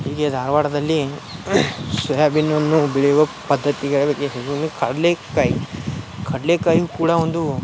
ಹೀಗೆ ಧಾರವಾಡದಲ್ಲಿ ಸೊಯಾಬೀನನ್ನು ಬೆಳೆಯುವ ಪದ್ಧತಿಗಾಗಿ ಕಡಲೆ ಕಾಯಿ ಕಡಲೆ ಕಾಯಿ ಕೂಡ ಒಂದು